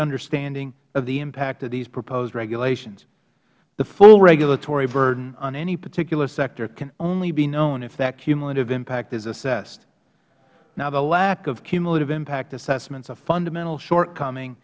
understanding of the impact of these proposed regulations the full regulatory burden on any particular sector can only be known if that cumulative impact is assessed now the lack of cumulativeimpact assessments is a fundamental shortcoming